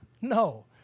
No